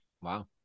wow